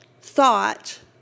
thought